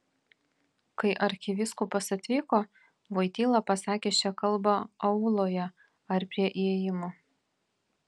kai arkivyskupas atvyko voityla pasakė šią kalbą auloje ar prie įėjimo